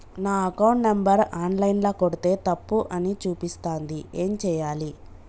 నా account number online ల కొడ్తే తప్పు అని చూపిస్తాంది ఏం చేయాలి?